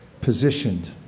positioned